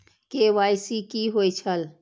KYC कि होई छल?